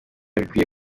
bikwiye